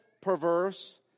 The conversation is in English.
perverse